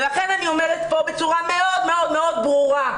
ולכן אני אומרת פה בצורה מאוד מאוד ברורה: